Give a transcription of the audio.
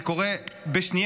זה קורה בשנייה,